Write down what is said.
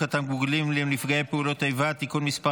התגמולים לנפגעי פעולות איבה (תיקון מס'